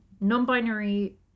non-binary